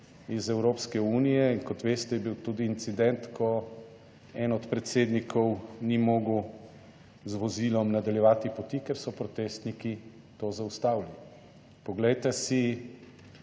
iz Evropske unije in, kot veste, je bil tudi incident, ko eden od predsednikov ni mogel z vozilom nadaljevati poti, ker so protestniki to zaustavili. Poglejte si